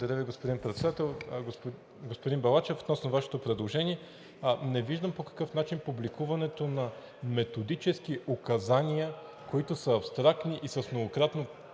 Ви, господин Председател. Господин Балачев, относно Вашето предложение не виждам по какъв начин публикуването на методически указания, които са абстрактни и с многократно